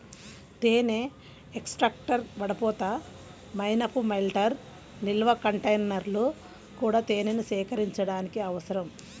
తేనె ఎక్స్ట్రాక్టర్, వడపోత, మైనపు మెల్టర్, నిల్వ కంటైనర్లు కూడా తేనెను సేకరించడానికి అవసరం